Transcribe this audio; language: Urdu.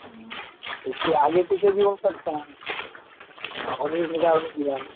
ہوں اس سے آگے پیچھے بھی ہو سکتا ہے ہاں انیس ہزار ہو گیا